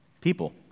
People